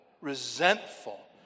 resentful